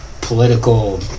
political